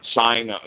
sign